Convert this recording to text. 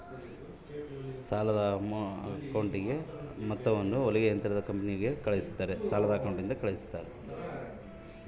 ಸಾಲದ ಹಣವನ್ನು ನಮ್ಮ ಅಕೌಂಟಿಗೆ ಹಾಕ್ತಿರೋ ಅಥವಾ ಹೊಲಿಗೆ ಯಂತ್ರದ ವ್ಯಾಪಾರಿಗೆ ಕಳಿಸ್ತಿರಾ?